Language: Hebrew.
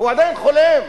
הוא עדיין חולם.